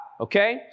okay